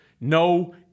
No